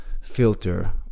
filter